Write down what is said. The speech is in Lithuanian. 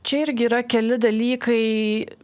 čia irgi yra keli dalykai